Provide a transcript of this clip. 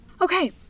Okay